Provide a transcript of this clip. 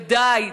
ודי,